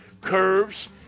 curves